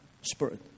spirit